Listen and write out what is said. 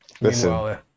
Listen